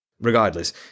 Regardless